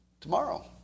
tomorrow